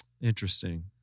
interesting